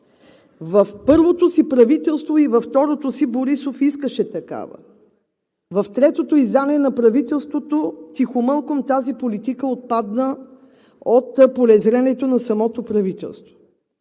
във второто си правителство Борисов искаше такава, в третото издание на правителството тихомълком тази политика отпадна от полезрението на самото правителство.